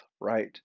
right